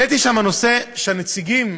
העליתי שם נושא שהנציגים,